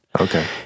Okay